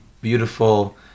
beautiful